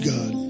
God